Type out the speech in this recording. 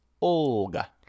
Olga